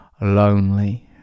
lonely